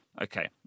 Okay